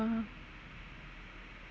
(uh huh)